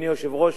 אדוני היושב-ראש,